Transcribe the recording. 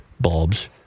bulbs